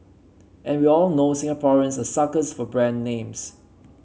and we all know Singaporeans are suckers for brand names